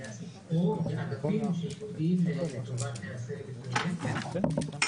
--- או באגפים שייעודיים לטובת --- מוצע